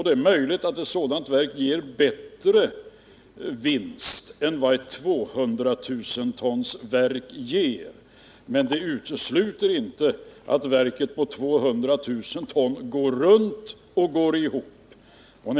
Det är möjligt att ett sådant verk ger bättre vinst än vad ett 200 000 tons verk ger, men det utesluter inte att verket på 200 000 ton går runt och går ihop.